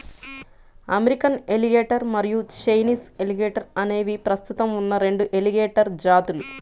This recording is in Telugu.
అమెరికన్ ఎలిగేటర్ మరియు చైనీస్ ఎలిగేటర్ అనేవి ప్రస్తుతం ఉన్న రెండు ఎలిగేటర్ జాతులు